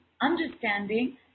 understanding